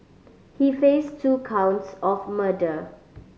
he face two counts of murder